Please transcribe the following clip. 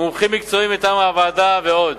מומחים מקצועיים מטעם הוועדה ועוד.